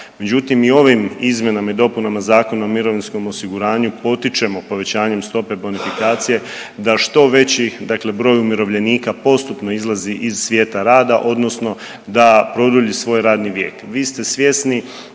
Međutim i ovim izmjenama i dopunama Zakona o mirovinskom osiguranju potičemo povećanjem stope bonifikacije da što veći dakle broj umirovljenika postupno izlazi iz svijeta rada odnosno da produlji svoj radni vijek.